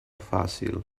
fàcil